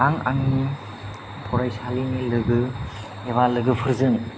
आं आंनि फरायसालिनि लोगो एबा लोगोफोरजों